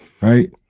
Right